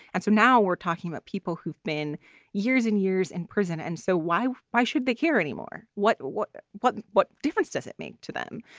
and so now we're talking about people who've been years and years in prison. and so why why should they care anymore? what? what, what? what difference does it make to them?